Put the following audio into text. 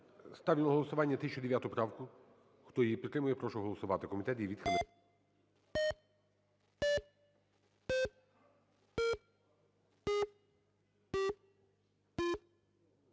Ставлю на голосування 1009 правку. Хто її підтримує, прошу голосувати.